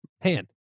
hand